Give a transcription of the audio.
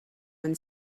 when